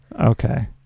Okay